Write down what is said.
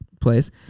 place